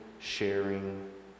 sharing